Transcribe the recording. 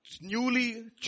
newly